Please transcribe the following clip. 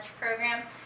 program